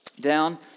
Down